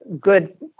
good